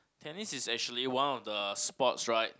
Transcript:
tennis is actually one of the sports right